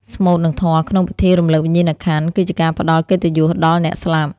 ស្មូត និងធម៌ក្នុងពិធីរំលឹកវិញ្ញាណក្ខន្ធ គឺជាការផ្ដល់កិត្តិយសដល់អ្នកស្លាប់។